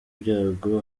ibyago